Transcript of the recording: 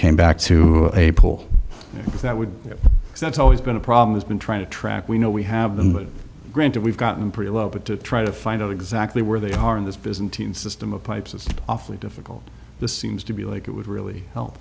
came back to a pool that would that's always been a problem has been trying to track we know we have them granted we've gotten pretty low but to try to find out exactly where they are in this byzantine system of pipes it's awfully difficult this seems to be like it would really help